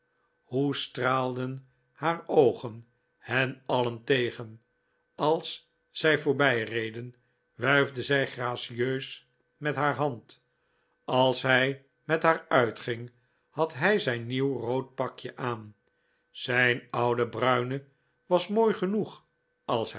hoe straalden haar oogen hen alien tegen als zij voorbijreden wuifde zij gracieus met haar hand als hij met haar uitging had hij zijn nieuw rood pakje aan zijn oude bruine was mooi genoeg als